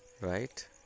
Right